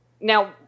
Now